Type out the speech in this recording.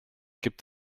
gibt